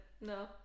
no